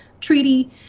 treaty